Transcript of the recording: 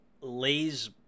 Lay's